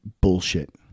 bullshit